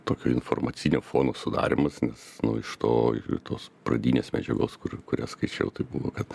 tokio informacinio fono sudarymas nes nu iš to ir tos pradinės medžiagos kur kurią skaičiau tai buvo kad